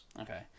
Okay